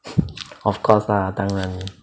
of course lah 当然